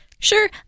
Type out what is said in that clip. Sure